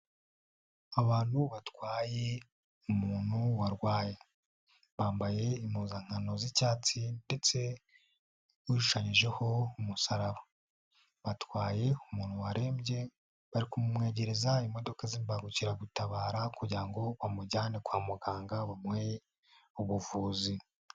Abantu batwaye umuntu warwaye, bambaye impuzankano z'icyatsi ndetse ishushanyijeho umusaraba, batwaye umuntu warembye, barigereza imodoka z'imbangukiragutabara kugira ngo bamujyane kwa muganga bamuhe ubuvuzi.